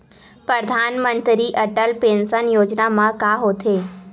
परधानमंतरी अटल पेंशन योजना मा का होथे?